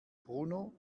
bruno